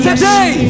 Today